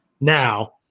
Now –